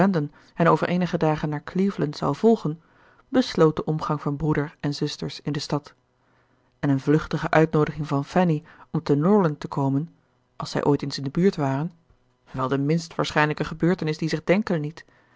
hen over eenige dagen naar cleveland zou volgen besloot den omgang van broeder en zusters in de stad en een vluchtige uitnoodiging van fanny om te norland te komen als zij ooit eens in de buurt waren wel de minst waarschijnlijke gebeurtenis die zich denken liet